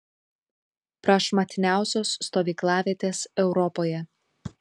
prašmatniausios stovyklavietės europoje